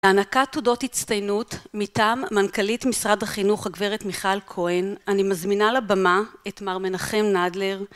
להענקת תעודות הצטיינות, מטעם מנכ"לית משרד החינוך, הגברת מיכל כהן, אני מזמינה לבמה את מר מנחם נדלר,